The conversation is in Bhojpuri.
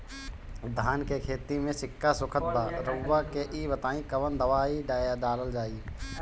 धान के खेती में सिक्का सुखत बा रउआ के ई बताईं कवन दवाइ डालल जाई?